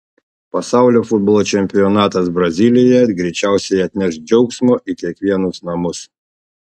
pasaulio futbolo čempionatas brazilijoje greičiausiai atneš džiaugsmo į kiekvienus namus